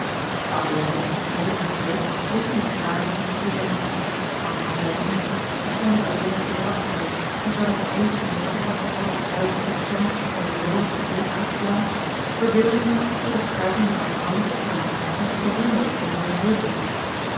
de oude lui geheel van streek wisten hun tranen niet te bedwingen anna schreide mee waarschijnlijk alleen uit zenuwachtigheid en terwijl t mij even onmogelijk was met al dat huilen in te stemmen als een vroolijkere toon aan te slaan verbeelde ik me dat de getuigen me aanhoudend opnamen en zich verwonderden over mijn